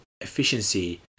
efficiency